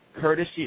courtesy